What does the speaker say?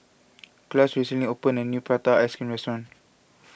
Clarnce recently opened a new Prata Ice Cream restaurant